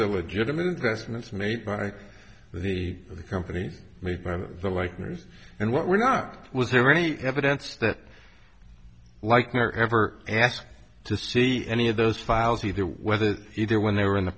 the legitimate investments made by the companies made by the like ners and what were not was there any evidence that like never ever asked to see any of those files either whether either when they were in the